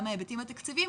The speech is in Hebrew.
גם בהיבטים התקציביים,